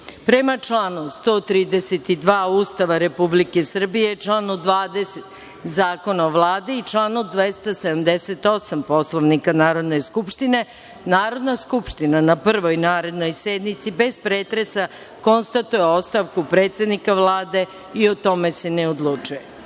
članu 132. Ustava Republike Srbije, članu 20. Zakona o Vladi i članu 278. Poslovnika Narodne skupštine, Narodna skupština na prvoj narednoj sednici, bez pretresa, konstatuje ostavku predsednika Vlade i o tome se ne odlučuje,